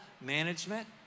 management